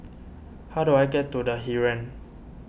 how do I get to the Heeren